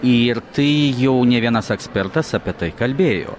ir tai jau ne vienas ekspertas apie tai kalbėjo